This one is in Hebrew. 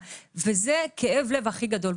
וזה הכאב לב הכי גדול.